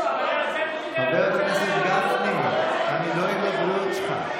חבר הכנסת גפני, אני דואג לבריאות שלך.